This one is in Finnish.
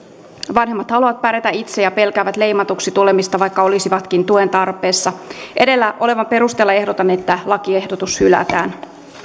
vanhemmat haluavat pärjätä itse ja pelkäävät leimatuksi tulemista vaikka olisivatkin tuen tarpeessa edellä olevan perusteella ehdotan että lakiehdotus hylätään